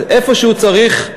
איפשהו צריך,